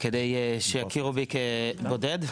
כדי שיכירו בי כבודד.